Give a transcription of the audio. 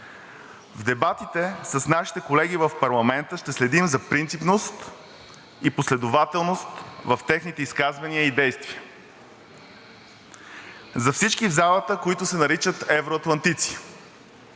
В дебатите с нашите колеги в парламента ще следим за принципност и последователност в техните изказвания и действия. За всички в залата, които се наричат евроатлантици,